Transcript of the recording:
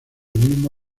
mismo